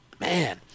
Man